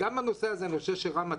רם,